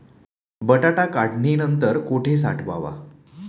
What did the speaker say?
बटाटा काढणी नंतर कुठे साठवावा?